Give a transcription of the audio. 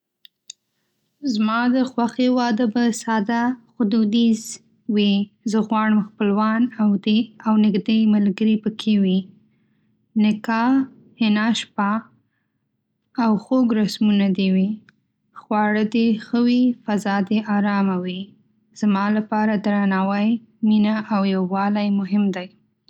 زما د خوښې واده به ساده خو دودیز وي. زه غواړم خپلوان او نږدې ملګري پکې وي. نکاح، حنا شپه، او خوږ رسمونه دې وي. خواړه دې ښه وي، فضا دې ارامه وي. زما لپاره درناوی، مینه او یووالی مهم دي.